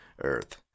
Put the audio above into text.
earth